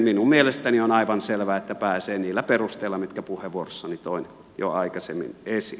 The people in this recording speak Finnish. minun mielestäni on aivan selvää että pääsee niillä perusteilla mitkä puheenvuorossani toin jo aikaisemmin esiin